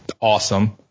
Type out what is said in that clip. awesome